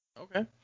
okay